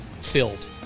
filled